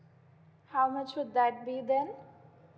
how much would that be then